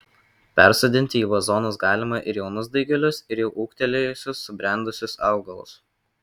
persodinti į vazonus galima ir jaunus daigelius ir jau ūgtelėjusius subrendusius augalus